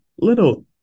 little